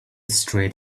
street